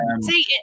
See